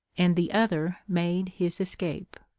and the other made his escape.